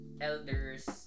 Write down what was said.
elders